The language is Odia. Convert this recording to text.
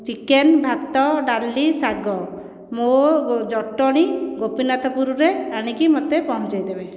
ଚିକେନ ଭାତ ଡାଲି ଶାଗ ମୋ ଜଟଣୀ ଗୋପୀନାଥପୁରରେ ଆଣିକି ମୋତେ ପହଞ୍ଚେଇଦେବେ